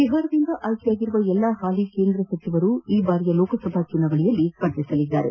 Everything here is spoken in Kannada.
ಬಿಹಾರದಿಂದ ಆಯ್ಕೆಯಾಗಿರುವ ಎಲ್ಲ ಹಾಲಿ ಕೇಂದ್ರ ಸಚಿವರು ಈ ಬಾರಿಯ ಲೋಕಸಭಾ ಚುನಾವಣೆಯಲ್ಲಿ ಸ್ಪರ್ಧಿಸಲಿದ್ದಾರೆ